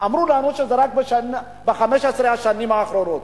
אמרו לנו שזה רק ב-15 השנים האחרונות.